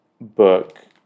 book